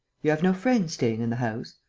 you have no friends staying in the house?